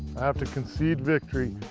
have to concede victory